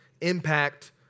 impact